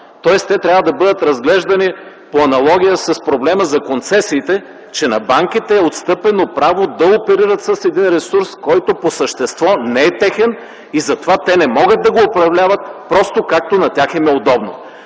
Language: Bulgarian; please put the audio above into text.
тоест те трябва да бъдат разглеждани по аналогия с проблема за концесиите, че на банките е отстъпено право да оперират с един ресурс, който по същество не е техен и затова те не могат да го управляват просто както на тях им е удобно.